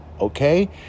okay